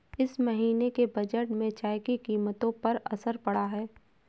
इस महीने के बजट में चाय की कीमतों पर असर पड़ा है